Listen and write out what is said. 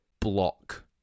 block